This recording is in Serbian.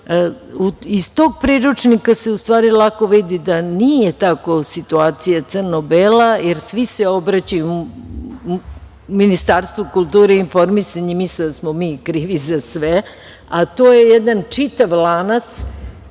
tog priručnika se, u stvari, lako vidi da nije situacija crno-bela, jer svi se obraćaju Ministarstvu kulture i informisanja i misle da smo mi krivi za sve, a to je jedan čitav lanac